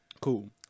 cool